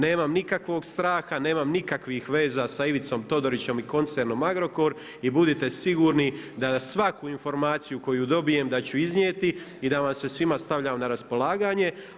Nemam nikakvog straha, nemam nikakvih veza sa Ivicom Todorićem i koncernom Agrokor i budite sigurni da na svaku informaciju koju dobijem da ću iznijeti i da vam se svima stavljam na raspolaganje.